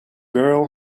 girl